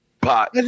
pot